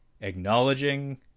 acknowledging